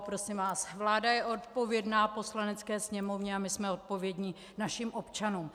Prosím vás, vláda je odpovědná Poslanecké sněmovně a my jsme odpovědní našim občanům.